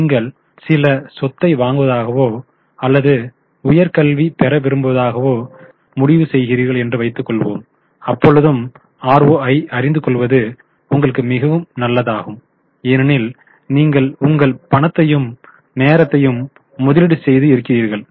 நீங்கள் சில சொத்தை வாங்குவதாகவோ அல்லது உயர் கல்வி பெற விரும்புவதாகவோ முடிவு செய்கிறீர்கள் என்று வைத்துக் கொள்ளுவோம் அப்பொழுது ROI ஐ அறிந்து கொள்வது உங்களுக்கு மிகவும் நல்லதாகும் ஏனெனில் நீங்கள் உங்கள் பணத்தையும் நேரத்தையும் முதலீடு செய்து இருக்கிறீர்கள்